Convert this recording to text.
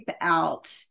out